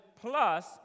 plus